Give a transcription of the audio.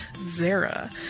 Zara